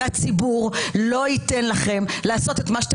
הציבור לא ייתן לכם לעשות את מה שאתם